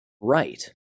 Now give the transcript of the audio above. right